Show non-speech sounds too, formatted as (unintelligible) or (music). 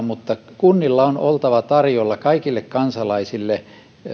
(unintelligible) mutta kunnilla on oltava tarjolla kaikille kansalaisille